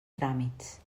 tràmits